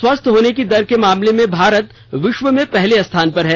स्वस्थ होने की दर के मामले में भारत विश्व में पहले स्थान पर है